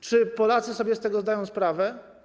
Czy Polacy sobie z tego zdają sprawę?